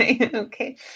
Okay